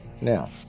Now